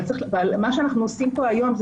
אבל צריך ומה שאנחנו עושים פה היום זה